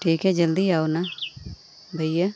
ठीक है जल्दी आओ ना भैया